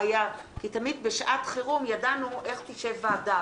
תמיד בשעת חירום ידענו איך תשב ועדה,